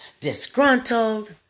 disgruntled